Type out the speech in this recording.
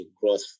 growth